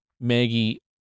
Maggie